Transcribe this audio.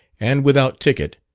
and without ticket,